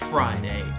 Friday